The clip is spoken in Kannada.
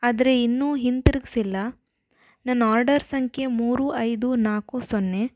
ಆದರೆ ಇನ್ನೂ ಹಿಂತಿರುಗ್ಸಿಲ್ಲ ನನ್ನ ಆರ್ಡರ್ ಸಂಖ್ಯೆ ಮೂರು ಐದು ನಾಲ್ಕು ಸೊನ್ನೆ